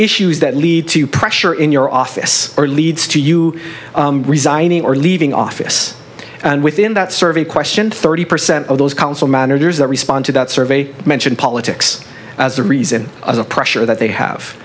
issues that lead to pressure in your office or leads to you resigning or leaving office and within that survey question thirty percent of those council managers that respond to that survey mention politics as the reason the pressure that they have